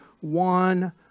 one